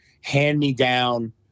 hand-me-down